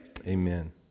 Amen